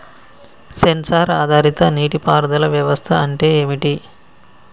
Censor ఆధారిత నీటి పారుదల వ్యవస్థ అంటే ఏమిటి?